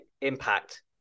impact